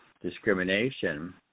discrimination